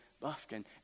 Buffkin